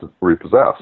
repossessed